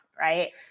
Right